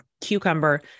cucumber